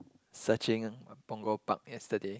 searching Punggol Park yesterday